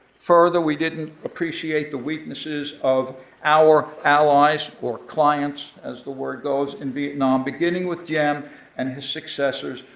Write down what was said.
further, we didn't appreciate the weaknesses of our allies, or clients, as the word goes in vietnam, beginning with diem and his successors,